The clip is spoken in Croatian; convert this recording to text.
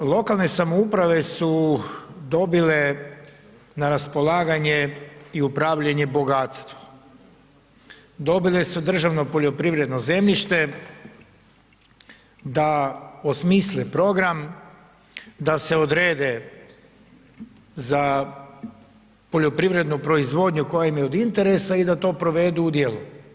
Lokalne samouprave su dobile na raspolaganje upravljanje bogatstvo, dobile su državno poljoprivredno zemljište da osmisle program, da se odrede za poljoprivrednu proizvodnju koja im je od interesa i da to provedu u djelo.